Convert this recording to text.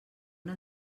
una